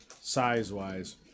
size-wise